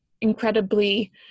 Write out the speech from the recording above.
incredibly